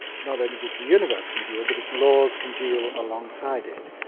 not only does the universe congeal but its laws congeal alongside it.